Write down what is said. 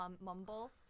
mumble